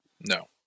No